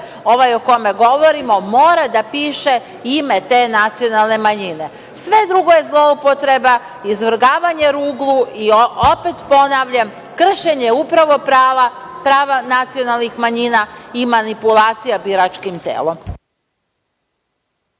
ovaj o kome govorimo mora da piše ime te nacionalne manjine. Sve drugo je zloupotreba, izvrgavanje ruglu i opet ponavljam kršenje upravo prava i prava nacionalnih manjina i manipulacija biračkim telom.